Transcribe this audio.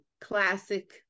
classic